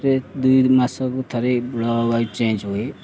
ଦୁଇ ମାସକୁ ଥରେ ବ୍ଳକ୍ ଚେଞ୍ଜ୍ ହୁଏ